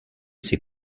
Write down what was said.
ses